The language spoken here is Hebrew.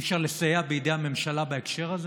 אי-אפשר לסייע בידי הממשלה בהקשר הזה?